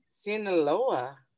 Sinaloa